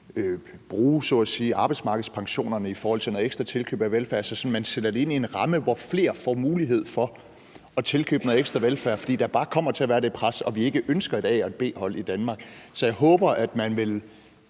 sige, arbejdsmarkedspensionerne i forhold til noget ekstra tilkøb af velfærd, så man sætter det ind i en ramme, hvor flere får mulighed for at tilkøbe noget ekstra velfærd, fordi der bare kommer til at være det pres og vi ikke ønsker et A- og et B-hold i Danmark. Så jeg håber, at man vil